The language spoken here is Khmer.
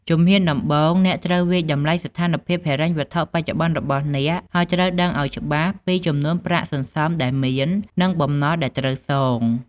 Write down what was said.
ជំហានដំបូង អ្នកត្រូវវាយតម្លៃស្ថានភាពហិរញ្ញវត្ថុបច្ចុប្បន្នរបស់អ្នក ហើយត្រូវដឹងឱ្យច្បាស់ពីចំនួនប្រាក់សន្សំដែលមាន និងបំណុលដែលត្រូវសង។